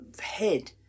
head